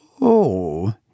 Oh